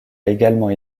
également